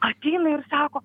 ateina ir sako